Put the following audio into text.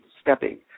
stepping